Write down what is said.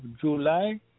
July